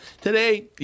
today